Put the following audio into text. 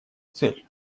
цель